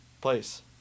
place